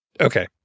Okay